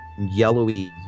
yellowy